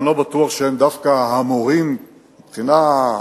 אני לא בטוח שהם דווקא המורים הטובים ביותר מבחינה פדגוגית,